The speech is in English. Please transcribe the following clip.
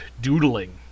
doodling